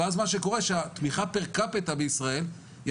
ואז מה שקורה שהתמיכה פר-קפיטה בישראל היא